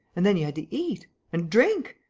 and then you had to eat! and drink!